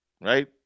right